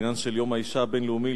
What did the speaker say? לעניין יום האשה הבין-הלאומי,